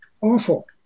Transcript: awful